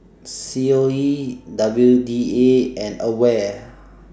C O E W D A and AWARE